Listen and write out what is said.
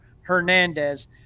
Hernandez